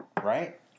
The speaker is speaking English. Right